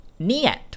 niat